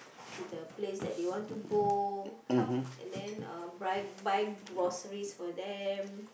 to the place that they want to go help and then uh buy buy groceries for them